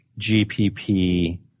GPP